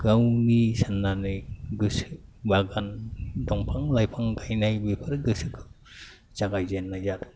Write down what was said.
गावनि साननानै गोसो बागान दंफां लाइफां गायनाय बेफोर गोसोखौ जागायजेननाय जादों